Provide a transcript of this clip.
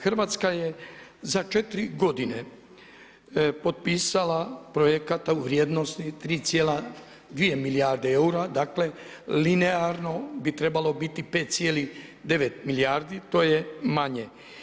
Hrvatska je za četiri godine potpisala projekata u vrijednosti 3,2 milijarde eura, dakle linearno bi trebalo biti 5,9 milijardi to je manje.